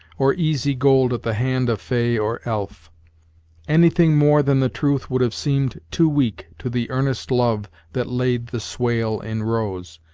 or easy gold at the hand of fay or elf anything more than the truth would have seemed too weak to the earnest love that laid the swale in rows,